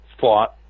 fought